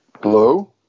Hello